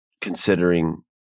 considering